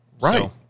Right